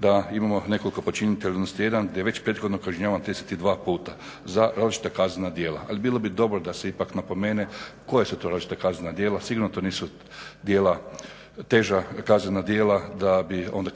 da imamo nekoliko počinitelja odnosno … da je već prethodno kažnjavan 32 puta za različita kaznena djela. Ali bilo bi dobro da se ipak napomene koje su to različita kaznena djela. Sigurno to nisu teža kaznena djela da bi on …